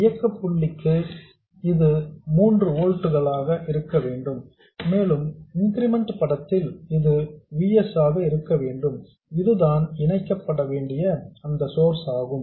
இயக்கப் புள்ளிக்கு இது 3 ஓல்ட்களாக இருக்க வேண்டும் மேலும் இன்கிரிமெண்டல் படத்தில் இது V s ஆக இருக்க வேண்டும் இதுதான் இணைக்கப்படவேண்டிய அந்த சோர்ஸ் ஆகும்